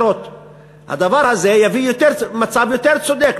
הדבר הזה יביא למצב יותר צודק.